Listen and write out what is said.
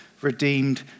redeemed